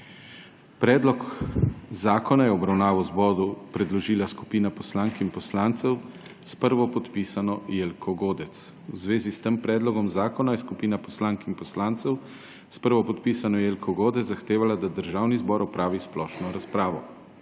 Predlog zakona je v obravnavo zboru predložila skupina poslank in poslancev s prvopodpisano Jelko Godec. V zvezi s tem predlogom zakona je skupina poslank in poslancev s prvopodpisano Jelko Godec zahtevala, da Državni zbor opravi splošno razpravo.